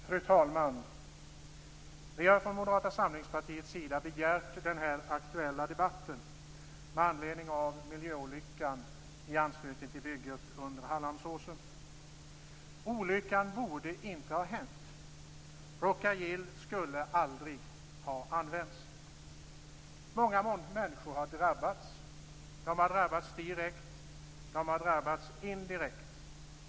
Fru talman! Vi i Moderata samlingspartiet har begärt den här aktuella debatten med anledning av miljöolyckan i anslutning till bygget under Hallandsåsen. Olyckan borde inte ha hänt. Rhoca-Gil skulle aldrig ha använts. Många människor har drabbats direkt och indirekt.